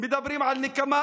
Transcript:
מדברים על נקמה,